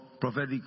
prophetic